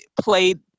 played